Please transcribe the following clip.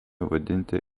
vadinti